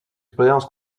expérience